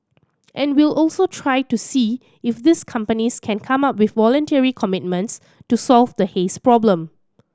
and we'll also try to see if these companies can come up with voluntary commitments to solve the haze problem